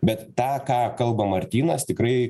bet tą ką kalba martynas tikrai